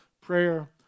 prayer